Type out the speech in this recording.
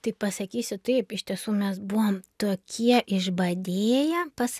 tai pasakysiu taip iš tiesų mes buvom tokie išbadėję pas